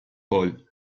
hall